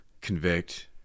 convict